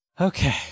Okay